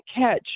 catch